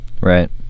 Right